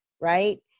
right